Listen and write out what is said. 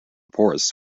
porous